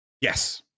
Yes